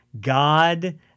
God